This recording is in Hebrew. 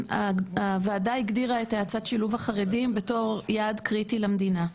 הוועדה הגדירה את האצת שילוב החרדים בתור יעד קריטי למדינה.